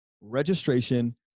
registration